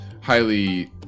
highly